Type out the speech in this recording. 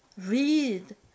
read